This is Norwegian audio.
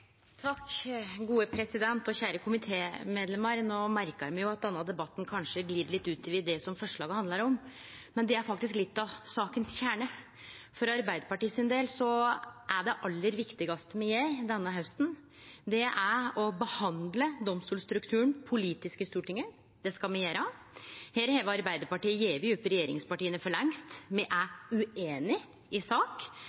Kjære komitémedlemar: No merkar me at denne debatten kanskje har glidd litt ut over det forslaget handlar om, men det er faktisk litt av kjernen i denne saka. For Arbeidarpartiet sin del er det aller viktigaste me gjer denne hausten, å behandle domstolstrukturen politisk i Stortinget. Det skal me gjere. Her har Arbeidarpartiet gjeve opp regjeringspartia for lengst. Me